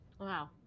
Wow